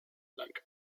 lanka